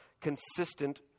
consistent